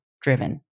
driven